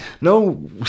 No